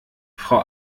frau